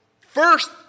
first